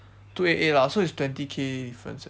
two eight eight lah so it's twenty K difference eh